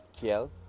Kiel